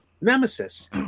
Nemesis